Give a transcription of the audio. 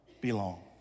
belong